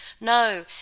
No